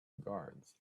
guards